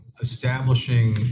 establishing